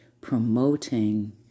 promoting